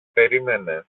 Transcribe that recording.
περίμενε